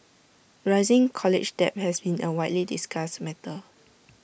rising college debt has been A widely discussed matter